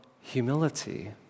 humility